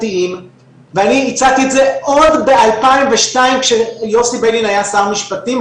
ואני הצעתי את זה עוד בשנת 2002 כשיוסי ביילין היה שר המשפטים,